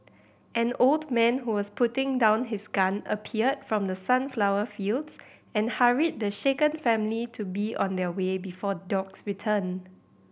an old man who was putting down his gun appeared from the sunflower fields and hurried the shaken family to be on their way before the dogs return